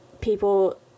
people